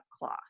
cloth